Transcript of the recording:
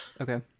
Okay